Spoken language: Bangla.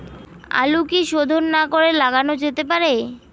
আলু কি শোধন না করে লাগানো যেতে পারে?